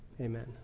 Amen